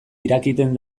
irakiten